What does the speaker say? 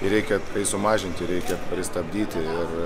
ir reikia tai sumažinti reikia pristabdyti ir